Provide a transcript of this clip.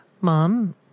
Mom